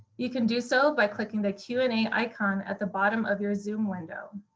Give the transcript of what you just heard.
you can do so by clicking the q and a icon at the bottom of your zoom window.